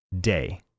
day